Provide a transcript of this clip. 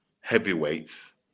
heavyweights